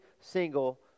single